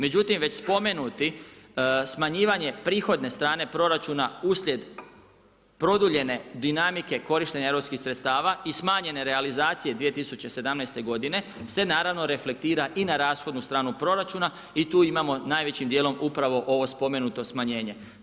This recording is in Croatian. Međutim, već spomenuti, smanjivanje prihodne strane proračuna uslijed produljene dinamike korištenje europskih sredstava i smanjene realizacije 2017. g. se naravno reflektira i na rashodnu stranu proračuna i tu imamo najvećim dijelom upravo ovo spomenuto smanjenje.